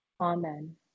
amen